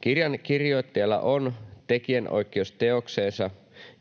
Kirjan kirjoittajalla on tekijänoikeus teokseensa,